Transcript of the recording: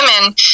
women